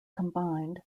combined